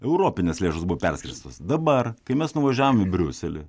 europinės lėšos buvo perskirstytos dabar kai mes nuvažiavom į briuselį